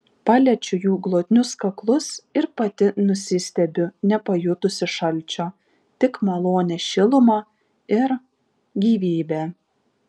paliečiu jų glotnius kaklus ir pati nusistebiu nepajutusi šalčio tik malonią šilumą ir gyvybę